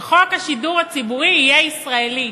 שחוק השידור הציבורי יהיה ישראלי,